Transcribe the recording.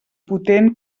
potent